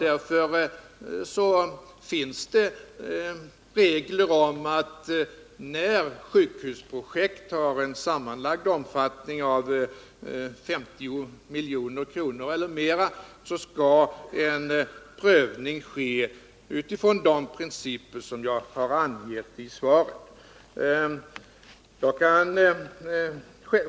Därför finns det regler om att när sjukhusprojekt har en sammanlagd omfattning av 50 milj.kr. eller mer, skall en prövning ske utifrån de principer som jag har angett i svaret.